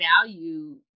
value